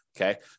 okay